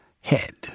head